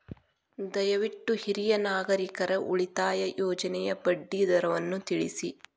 ದಯವಿಟ್ಟು ಹಿರಿಯ ನಾಗರಿಕರ ಉಳಿತಾಯ ಯೋಜನೆಯ ಬಡ್ಡಿ ದರವನ್ನು ತಿಳಿಸಿ